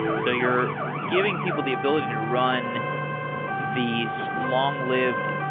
so you're giving people the ability to run these long-lived